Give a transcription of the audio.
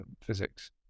physics